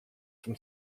from